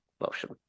motion